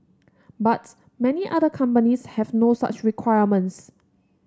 but many other companies have no such requirements